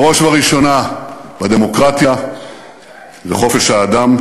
בראש ובראשונה, דמוקרטיה וחופש האדם.